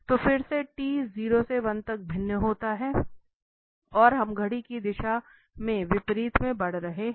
तो फिर से t 0 से 1 तक भिन्न होता है और हम घड़ी की दिशा के विपरीत में बढ़ रहे हैं